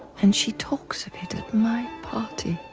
and she talks of it at my party.